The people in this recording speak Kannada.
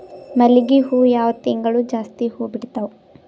ಮಲ್ಲಿಗಿ ಹೂವು ಯಾವ ತಿಂಗಳು ಜಾಸ್ತಿ ಹೂವು ಬಿಡ್ತಾವು?